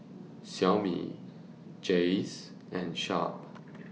Xiaomi Jays and Sharp